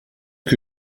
que